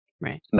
Right